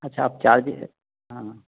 अच्छा आप चार्ज हाँ